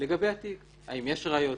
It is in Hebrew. לגבי התיק האם יש ראיות,